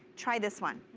try this one.